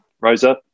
Rosa